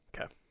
okay